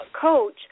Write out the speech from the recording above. coach